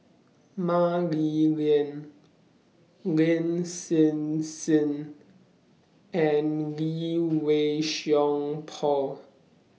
Mah Li Lian Lin Hsin Hsin and Lee Wei Song Paul